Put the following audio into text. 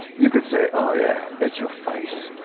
you could say, oh, yeah, it's your face.